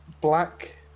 black